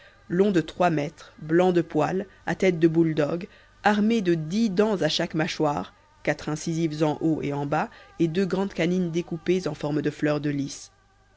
longs de trois mètres blancs de poils à têtes de bull dogs armés de dix dents à chaque mâchoire quatre incisives en haut et en bas et deux grandes canines découpées en forme de fleur de lis